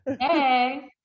Hey